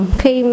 khi